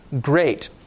great